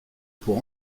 pour